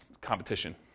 competition